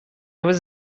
was